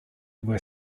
were